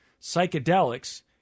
psychedelics